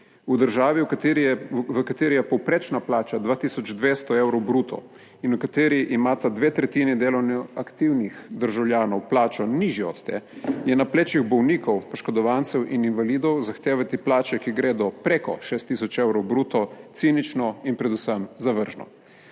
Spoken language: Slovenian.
kateri je, v kateri je povprečna plača 2 tisoč 200 evrov bruto in v kateri imata eve tretjini delovno aktivnih državljanov plačo nižjo od te, je na plečih bolnikov, poškodovancev in invalidov zahtevati plače, ki gredo preko 6 tisoč evrov bruto cinično in predvsem zavržno.